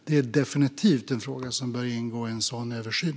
Det är definitivt en fråga som bör ingå i en sådan översyn.